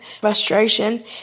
frustration